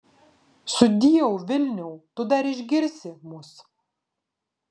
sudieu vilniau tu dar išgirsi mus